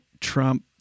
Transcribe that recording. Trump